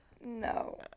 No